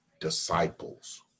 disciples